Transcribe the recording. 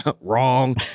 Wrong